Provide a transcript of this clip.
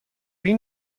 این